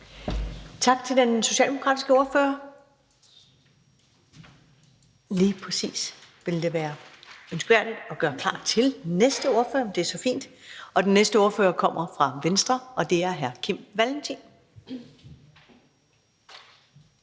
Tak til den socialdemokratiske ordfører. Det ville lige præcis være ønskværdigt at gøre klar til næste ordfører; det er så fint. Den næste ordfører kommer fra Venstre, og det er hr. Kim Valentin.